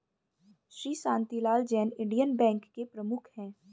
Shri Shantilal Jain Indian Bank के प्रमुख है